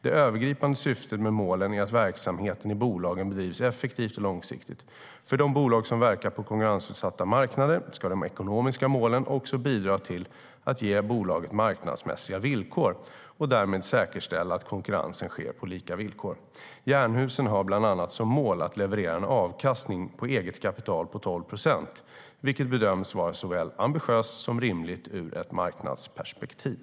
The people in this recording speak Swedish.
Det övergripande syftet med målen är att verksamheten i bolagen bedrivs effektivt och långsiktigt. För de bolag som verkar på konkurrensutsatta marknader ska de ekonomiska målen också bidra till att ge bolaget marknadsmässiga villkor och därmed säkerställa att konkurrens sker på lika villkor. Jernhusen har bland annat som mål att leverera en avkastning på eget kapital på 12 procent, vilket bedöms vara såväl ambitiöst som rimligt ur ett marknadsperspektiv.